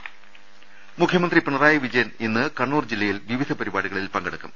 ദർവ്വഹിച്ച മുഖ്യമന്ത്രി പിണറായി വിജയൻ ഇന്ന് കണ്ണൂർ ജില്ലയിൽ വിവിധ പരി പാടികളിൽ പങ്കെടുക്കും